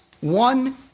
one